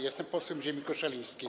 Jestem posłem ziemi koszalińskiej.